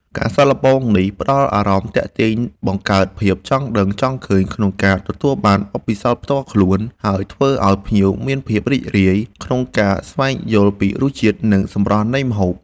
ការសាកល្បងនេះផ្តល់អារម្មណ៍ទាក់ទាញ បង្កើតភាពចង់ដឹងចង់ឃើញក្នុងការទទួលបានបទពិសោធន៍ផ្ទាល់ខ្លួន ហើយធ្វើឲ្យភ្ញៀវមានភាពរីករាយក្នុងការស្វែងយល់ពីរសជាតិ និងសម្រស់នៃម្ហូប។